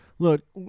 Look